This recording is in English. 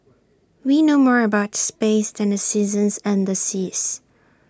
we know more about space than the seasons and the seas